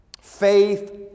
Faith